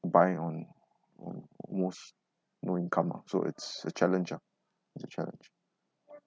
by on on almost no income ah so it's a challenge it's a challenge